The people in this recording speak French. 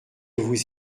vous